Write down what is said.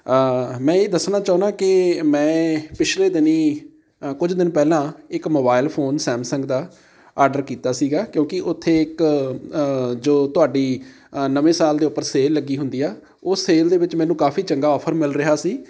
ਮੈਂ ਇਹ ਦੱਸਣਾ ਚਾਹੁੰਦਾ ਕਿ ਮੈਂ ਪਿਛਲੇ ਦਿਨੀਂ ਅ ਕੁਝ ਦਿਨ ਪਹਿਲਾਂ ਇੱਕ ਮੋਬਾਇਲ ਫੋਨ ਸੈਮਸੰਗ ਦਾ ਆਡਰ ਕੀਤਾ ਸੀਗਾ ਕਿਉਂਕਿ ਉੱਥੇ ਇੱਕ ਜੋ ਤੁਹਾਡੀ ਅ ਨਵੇਂ ਸਾਲ ਦੇ ਉੱਪਰ ਸੇਲ ਲੱਗੀ ਹੁੰਦੀ ਆ ਉਹ ਸੇਲ ਦੇ ਵਿੱਚ ਮੈਨੂੰ ਕਾਫੀ ਚੰਗਾ ਔਫਰ ਮਿਲ ਰਿਹਾ ਸੀ